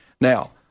Now